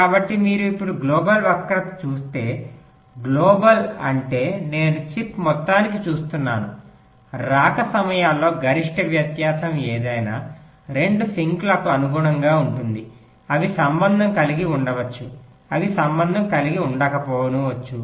కాబట్టి మీరు ఇప్పుడు గ్లోబల్ వక్రత చూస్తే గ్లోబల్ అంటే నేను చిప్ మొత్తానికి చూస్తున్నాను రాక సమయాల్లో గరిష్ట వ్యత్యాసం ఏదైనా 2 సింక్లకు అనుగుణంగా ఉంటుంది అవి సంబంధం కలిగి ఉండవచ్చు అవి సంబంధం కలిగి ఉండకపోవచ్చు